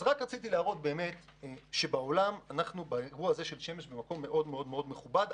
אז בגרף הזה רציתי להראות שמבחינת השמש אנחנו במקום מאוד מכובד בעולם.